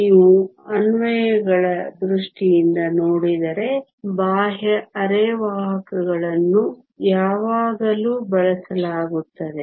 ನೀವು ಅನ್ವಯಗಳ ದೃಷ್ಟಿಯಿಂದ ನೋಡಿದರೆ ಬಾಹ್ಯ ಅರೆವಾಹಕಗಳನ್ನು ಯಾವಾಗಲೂ ಬಳಸಲಾಗುತ್ತದೆ